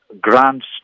grants